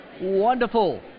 Wonderful